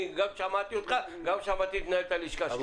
אני גם שמעתי אותך וגם את מנהלת הלשכה שלי.